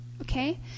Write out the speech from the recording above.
okay